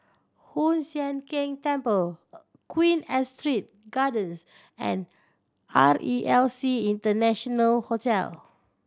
Hoon Sian Keng Temple Queen Astrid Gardens and R E L C International Hotel